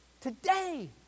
Today